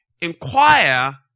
inquire